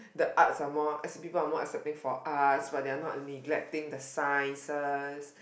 the arts are more as people are more accepting of arts but they are not neglecting the science